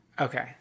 Okay